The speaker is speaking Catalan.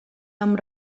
amb